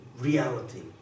Reality